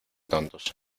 tontos